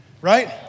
Right